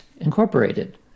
Incorporated